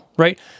right